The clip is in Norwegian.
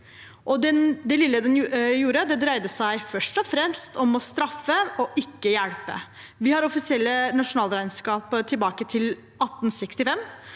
Det lille den gjorde, dreide seg først og fremst om å straffe, ikke hjelpe. Vi har offisielle nasjo nalregnskap tilbake til 1865.